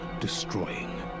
destroying